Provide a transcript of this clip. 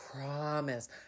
promise